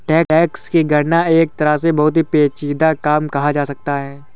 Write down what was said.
tax की गणना एक तरह से बहुत ही पेचीदा काम कहा जा सकता है